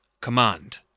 Command